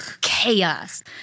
chaos